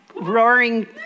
roaring